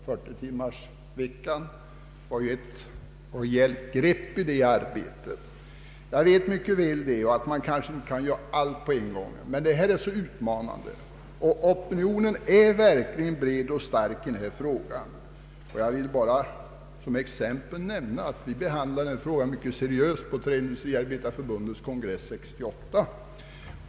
40 timmarsveckan var ju ett rejält steg i rätt riktning, det vet jag mycket väl, och man kan inte göra allt på en gång, men situationen beträffande pensionsåldern är så utmanande och opinionen är så bred och stark i denna fråga, att det inte kan få förbli vid det gamla. Jag vill bara som exempel nämna att vi behandlade denna fråga mycket seriöst på Träindustriarbetareförbundets kongress 1968.